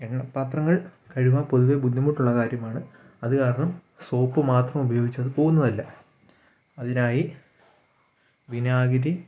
എണ്ണപ്പാത്രങ്ങൾ കഴുകാൻ പൊതുവെ ബുദ്ധിമുട്ടുള്ള കാര്യമാണ് അത് കാരണം സോപ്പ് മാത്രം ഉപയോഗിച്ചത് പോകുന്നതല്ല അതിനായി വിനാഗിരി